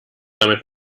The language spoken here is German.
damit